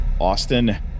Austin